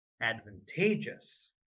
advantageous